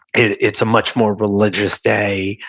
it's a much more religious day.